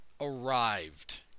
arrived